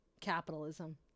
Capitalism